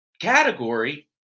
category